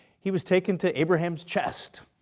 he was taken to abraham's chest,